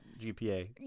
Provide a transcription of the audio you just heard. GPA